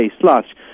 slash